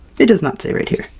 it does not say right here.